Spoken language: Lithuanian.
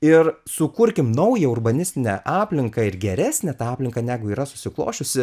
ir sukurkim naują urbanistinę aplinką ir geresnę tą aplinką negu yra susiklosčiusi